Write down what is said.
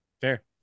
Fair